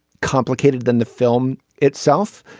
complicated than the film itself.